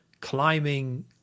climbing